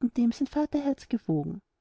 und dem sein vaterherz gewogen